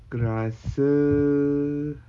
aku rasa